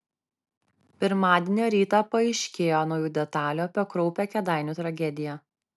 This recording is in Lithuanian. pirmadienio rytą paaiškėjo naujų detalių apie kraupią kėdainių tragediją